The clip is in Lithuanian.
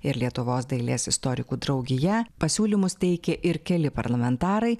ir lietuvos dailės istorikų draugija pasiūlymus teikė ir keli parlamentarai